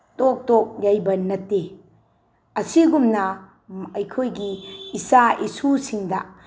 ꯇꯣꯛ ꯇꯣꯛ ꯌꯩꯕ ꯅꯠꯇꯦ ꯑꯁꯤꯒꯨꯝꯅ ꯑꯩꯈꯣꯏꯒꯤ ꯏꯆꯥ ꯏꯁꯨꯁꯤꯡꯗ